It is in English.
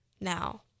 now